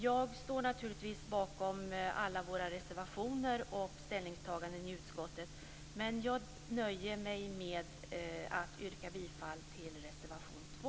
Jag står naturligtvis bakom alla våra reservationer och ställningstaganden i utskottet, men jag nöjer mig med att yrka bifall till reservation 2.